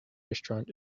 restaurant